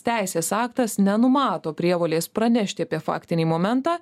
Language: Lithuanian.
teisės aktas nenumato prievolės pranešti apie faktinį momentą